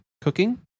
cooking